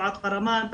סועאד קרמאן,